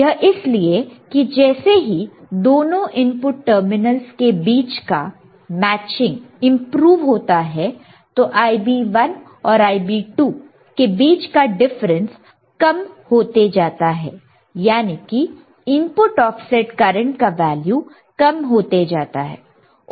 यह इसलिए कि जैसे ही दोनों इनपुट टर्मिनलस के बीच का मैचिंग इंप्रूव होता है तो Ib1 और Ib2 के बीच का डिफरेंस कम होते जाता है यानी कि इनपुट ऑफसेट करंट का वैल्यू कम होते जाता है